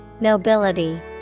Nobility